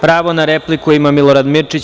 Pravo na repliku ima Milorad Mirčić.